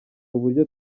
uburyo